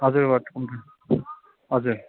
हजुर ward counter हजुर